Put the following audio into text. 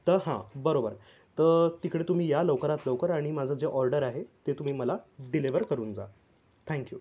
तर हा बरोबर तर तिकडे तुम्ही या लवकरात लवकर आणि माझं जे ऑर्डर आहे ते तुम्ही मला डिलीवर करून जा थॅंकयू